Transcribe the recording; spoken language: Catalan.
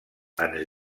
ens